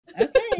Okay